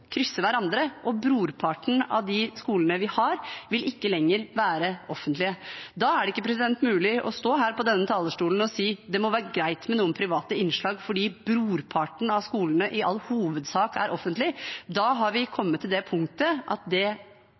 ikke lenger være offentlige. Da er det ikke mulig å stå her på denne talerstolen og si: Det må være greit med noen private innslag, fordi brorparten av skolene i all hovedsak er offentlige. Da har vi kommet til det punktet at det